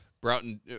Broughton